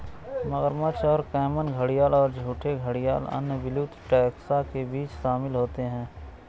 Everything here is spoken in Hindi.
मगरमच्छ और कैमन घड़ियाल और झूठे घड़ियाल अन्य विलुप्त टैक्सा के बीच शामिल होते हैं